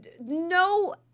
no